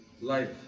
life